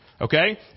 Okay